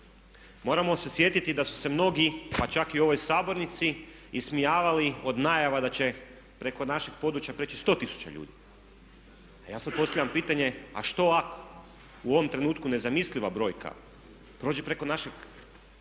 Moramo se sjetiti da su se mnogi pa čak i u ovoj sabornici ismijavali od najava da će preko našeg područja prijeći 100 tisuća ljudi. Pa ja sad postavljam pitanje a što ako u ovom trenutku nezamisliva brojka prođe preko našeg